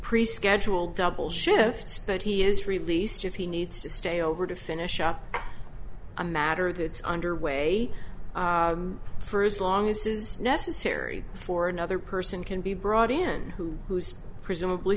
prescheduled double shifts but he is released if he needs to stay over to finish up a matter that's under way for as long as is necessary for another person can be brought in who who's presumably